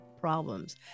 problems